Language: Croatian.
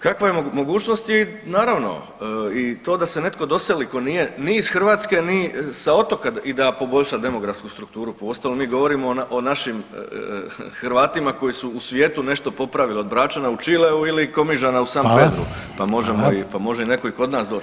Kakva je, mogućnost je naravno i to da se netko doseli ko nije ni iz Hrvatske, ni sa otoka i da poboljša demografsku strukturu, pa uostalom mi govorimo o našim Hrvatima koji su u svijetu nešto popravili od Bračana u Čileu ili Komižana u San Pedru, pa možemo i, pa može i neko i kod nas doć poravit